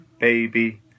Baby